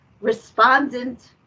respondent